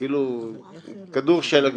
כאילו כדור שלג,